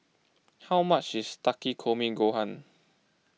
how much is Takikomi Gohan